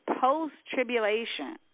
post-tribulation